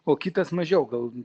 o kitas mažiau gal